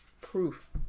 proof